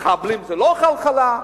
מחבלים זה לא חלחלה.